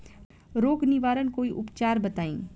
रोग निवारन कोई उपचार बताई?